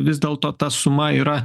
vis dėlto ta suma yra